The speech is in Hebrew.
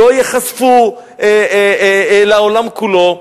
לא ייחשפו לעולם כולו.